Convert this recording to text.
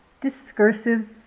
discursive